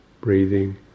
breathing